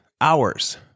hours